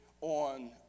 on